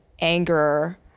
anger